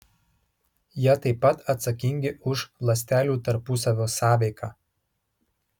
jie taip pat atsakingi už ląstelių tarpusavio sąveiką